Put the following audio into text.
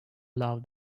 loved